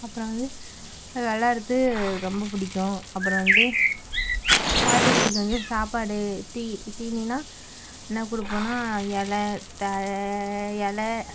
அப்புறம் வந்து அது விளையாடுறது ரொம்ப பிடிக்கும் அப்புறம் வந்து ஆட்டுகுட்டிக்கு வந்து சாப்பாடு தீனிலாம் என்ன கொடுப்போன்னா எலை தழை எலை